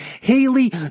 Haley